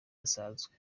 budasanzwe